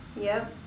yup